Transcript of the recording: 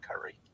curry